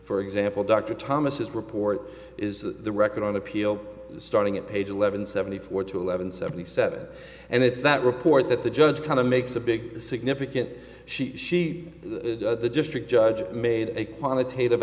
for example dr thomas his report is the record on appeal starting at page eleven seventy four to eleven seventy seven and it's that report that the judge kind of makes a big significant she she the district judge made a quantitative